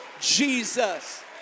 Jesus